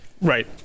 Right